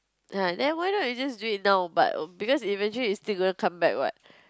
uh then why not you just do it now but because eventually it's still gonna come back what